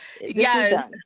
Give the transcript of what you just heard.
Yes